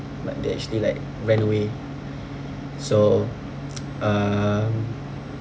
but they actually like ran away so um